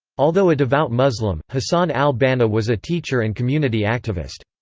although a devout muslim, hassan al-banna was a teacher and community activist.